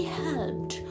helped